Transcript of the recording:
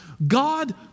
God